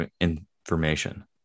information